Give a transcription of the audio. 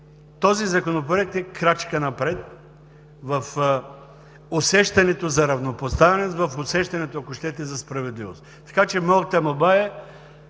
този законопроект е крачка напред в усещането за равнопоставеност, в усещането, ако щете, за справедливост.